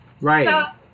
Right